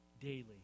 daily